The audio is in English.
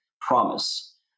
promise